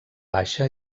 baixa